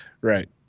Right